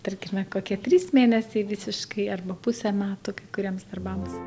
tarkime kokie trys mėnesiai visiškai arba pusė metų kai kuriems darbams